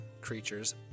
creatures